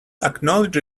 acknowledge